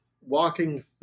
Walking